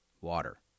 water